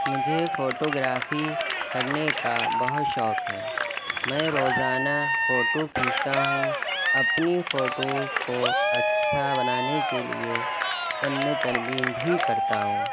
مجھے فوٹوگرافی کرنے کا بہت شوق ہے میں روزانہ فوٹو کھینچتا ہوں اپنی فوٹوز کو اچھا بنانے کے لیے ان میں ترمیم بھی کرتا ہوں